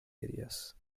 areas